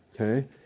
Okay